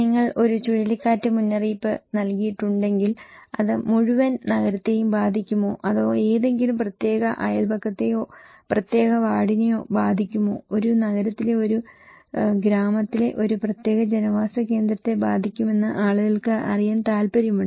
നിങ്ങൾ ഒരു ചുഴലിക്കാറ്റ് മുന്നറിയിപ്പ് നൽകിയിട്ടുണ്ടെങ്കിൽ അത് മുഴുവൻ നഗരത്തെയും ബാധിക്കുമോ അതോ ഏതെങ്കിലും പ്രത്യേക അയൽപക്കത്തെയോ പ്രത്യേക വാർഡിനെയോ ബാധിക്കുമോ ഒരു നഗരത്തിലെ ഒരു ഗ്രാമത്തിലെ ഒരു പ്രത്യേക ജനവാസ കേന്ദ്രത്തെ ബാധിക്കുമെന്ന് ആളുകൾക്ക് അറിയാൻ താൽപ്പര്യമുണ്ട്